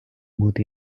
бути